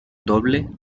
doble